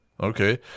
Okay